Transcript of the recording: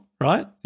right